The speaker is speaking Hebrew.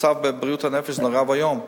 המצב בבריאות הנפש נורא ואיום,